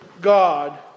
God